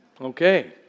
Okay